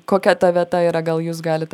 kokia ta vieta yra gal jūs galite